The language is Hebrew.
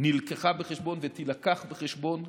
הובאה בחשבון ותובא בחשבון,